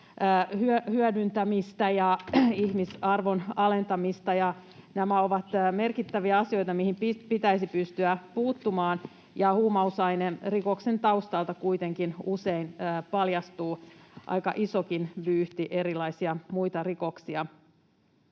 hyödyntämistä ja ihmisarvon alentamista. Nämä ovat merkittäviä asioita, joihin pitäisi pystyä puuttumaan, ja huumausainerikoksen taustalta kuitenkin usein paljastuu aika isokin vyyhti erilaisia muita rikoksia.